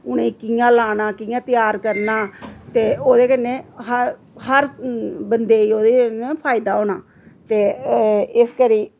उ'नें कि'यां लाना कि'यां त्यार करना ते ओह्दे कन्नै हर हर बन्दे गी ओह्दे कन्नै फायदा होना ते इसकरी